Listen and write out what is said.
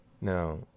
Now